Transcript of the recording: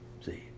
See